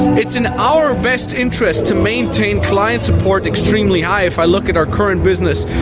it's in our best interest to maintain client support extremely high. if i look at our current business,